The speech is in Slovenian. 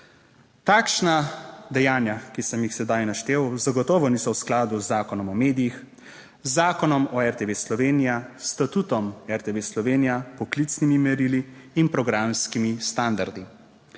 Takšna dejanja, ki sem jih sedaj naštel, zagotovo niso v skladu z Zakonom o medijih, z Zakonom o RTV Slovenija, s statutom RTV Slovenija, poklicnimi merili in programskimi standardi.